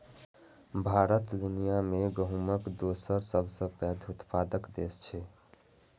भारत दुनिया मे गहूमक दोसर सबसं पैघ उत्पादक देश छियै